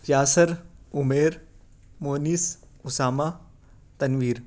Yasir Umair Moonis Usama Tanveer